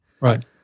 Right